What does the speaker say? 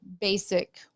basic